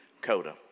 Coda